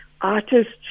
artists